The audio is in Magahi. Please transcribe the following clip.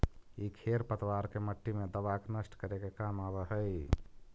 इ खेर पतवार के मट्टी मे दबा के नष्ट करे के काम आवऽ हई